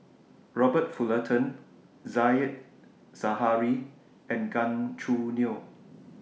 Robert Fullerton Said Zahari and Gan Choo Neo